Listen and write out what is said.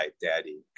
daddy